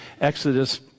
Exodus